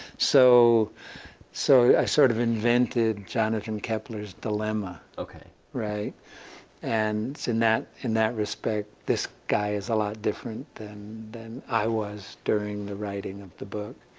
so so i sort of invented jonathan kepler's dilemma. okay. and in that in that respect, this guy is a lot different than than i was during the writing of the book.